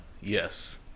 Yes